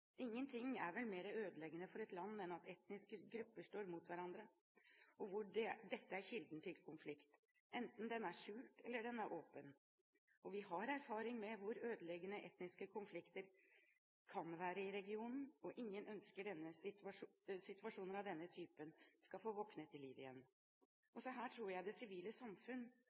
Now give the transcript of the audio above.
Ingenting er vel mer ødeleggende for et land enn at etniske grupper står mot hverandre, og der dette er kilden til konflikt, enten den er skjult, eller den er åpen. Vi har erfaring med hvor ødeleggende etniske konflikter kan være i regionen, og ingen ønsker at situasjoner av denne typen skal få våkne til liv igjen. Også her tror jeg det sivile samfunn